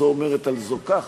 זו אומרת על זו כך,